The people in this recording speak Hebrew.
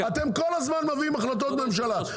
אתכם כל הזמן מביאים החלטות ממשלה,